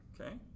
okay